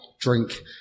drink